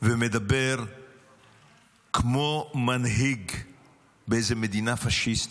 ומדבר כמו מנהיג באיזה מדינה פשיסטית,